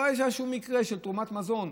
לא היה שום מקרה של תרומת מזון,